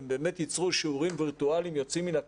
והם באמת ייצרו שיעורים וירטואליים יוצאים מן הכלל,